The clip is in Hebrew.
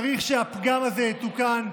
צריך שהפגם הזה יתוקן.